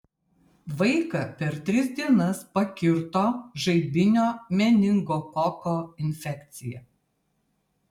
vaiką per tris dienas pakirto žaibinio meningokoko infekcija